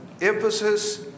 emphasis